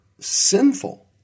sinful